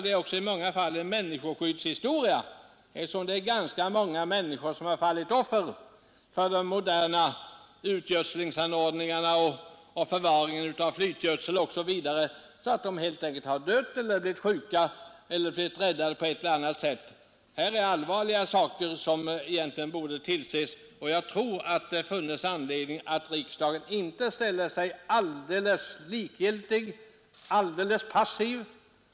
Det är också i många fall en människoskyddshistoria, eftersom ganska många människor har fallit offer för de moderna utgödslingsanordningarna och förvaringen av flytgödsel osv., så att de har dött eller blivit sjuka, om de inte kunnat räddas på ett eller annat sätt. Det här är allvarliga saker, som borde tillses, och jag tror att det finns anledning för riksdagen att inte ställa sig alldeles likgiltig, alldeles passiv.